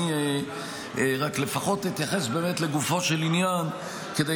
אני לפחות אתייחס לגופו של עניין כדי